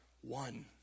one